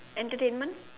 entertainment